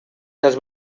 las